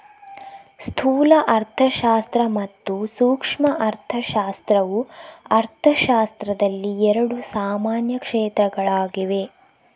ಸ್ಥೂಲ ಅರ್ಥಶಾಸ್ತ್ರ ಮತ್ತು ಸೂಕ್ಷ್ಮ ಅರ್ಥಶಾಸ್ತ್ರವು ಅರ್ಥಶಾಸ್ತ್ರದಲ್ಲಿ ಎರಡು ಸಾಮಾನ್ಯ ಕ್ಷೇತ್ರಗಳಾಗಿವೆ